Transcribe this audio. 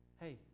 Hey